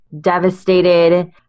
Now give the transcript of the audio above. devastated